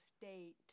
State